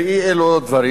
ועוד אי-אלו דברים.